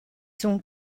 sont